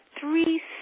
three